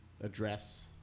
address